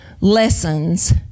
lessons